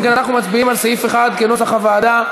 אם כן, אנחנו מצביעים על סעיף 1 כנוסח הוועדה.